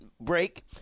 break